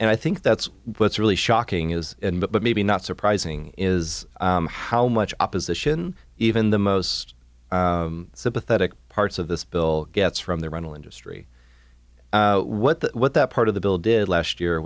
and i think that's what's really shocking is but maybe not surprising is how much opposition even the most sympathetic parts of this bill gets from the rental industry what the what that part of the bill did last year